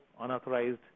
unauthorized